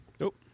Nope